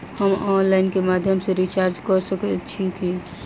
हम ऑनलाइन केँ माध्यम सँ रिचार्ज कऽ सकैत छी की?